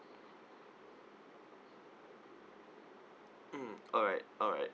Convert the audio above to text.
mm alright alright